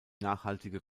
nachhaltige